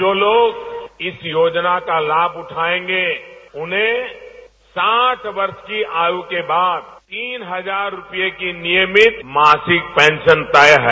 जो लोग इस योजना का लाभ उठाएंगे उनमें साठ वर्ष की आयु के बाद तीन हजार रूपए की नियमित मासिक पेंशन तय है